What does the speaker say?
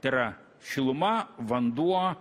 tai yra šiluma vanduo